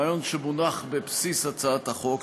הרעיון המונח בבסיס הצעת החוק,